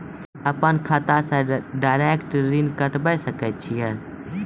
अपन खाता से डायरेक्ट ऋण कटबे सके छियै?